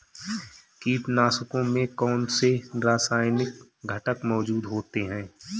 कीटनाशकों में कौनसे रासायनिक घटक मौजूद होते हैं?